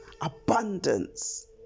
abundance